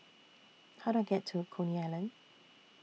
How Do I get to Coney Island